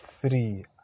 three